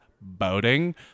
boating